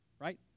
right